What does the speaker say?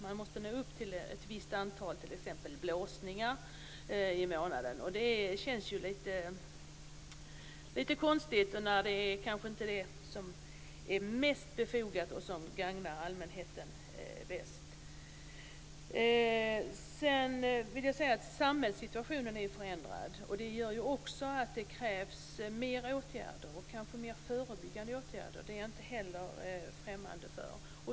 Man måste nå upp till ett visst antal t.ex. blåsningar i månaden, och det känns lite konstigt eftersom det kanske inte är det som är mest befogat och som gagnar allmänheten bäst. Samhällssituationen är förändrad. Det gör också att det krävs fler åtgärder - kanske fler förebyggande åtgärder. Det är jag inte heller främmande för.